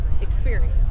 experience